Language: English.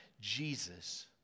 Jesus